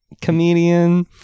comedian